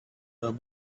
about